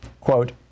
quote